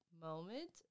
moment